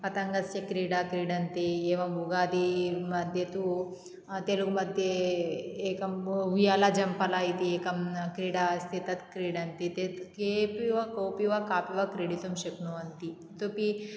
पतङ्गस्य क्रीडा क्रीडन्ति एवम् उगादिमध्ये तु तेलगुमध्ये एकं वियाला जम्पाला इति एका क्रीडा अस्ति तत् क्रीडन्ति ते केऽपि वा कोऽपि वा कापि वा क्रीडितुं शक्नुवन्ति इतोपि